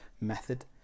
method